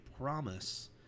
promise